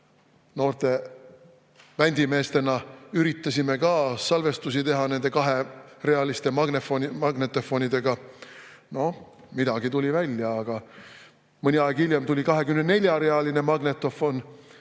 noorte bändimeestena üritasime salvestusi teha nende kaherealiste magnetofonidega. Noh, midagi tuli välja, aga mõni aeg hiljem tuli 24‑realine magnetofon